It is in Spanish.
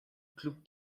club